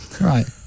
Right